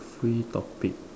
free topic